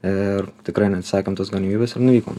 ir tikrai neatsisakėm tos galimybės ir nuvykom